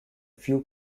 few